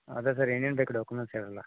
ಅದೇ ಸರ್ ಏನೇನು ಬೇಕು ಡಾಕ್ಯುಮೆಂಟ್ಸ್ ಹೇಳ್ರಲ